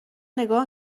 نگاه